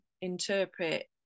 interpret